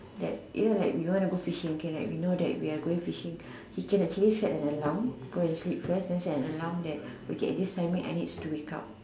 that you know like we want to go fishing okay like we know that we are going fishing he can actually set the alarm go and sleep first and set an alarm that okay at this timing I need to wake up